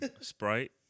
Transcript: sprite